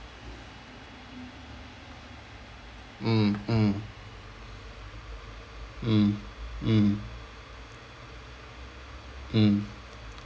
mm mm mm mm mm